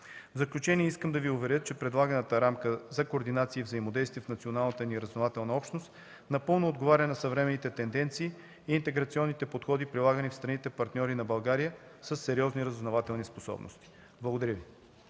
В заключение искам да Ви уверя, че предлаганата рамка за координация и взаимодействие в националната ни разузнавателна общност напълно отговаря на съвременните тенденции и интеграционните подходи, прилагани в страните – партньори на България, със сериозни разузнавателни способности. Благодаря Ви.